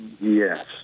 Yes